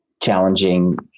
challenging